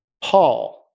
Paul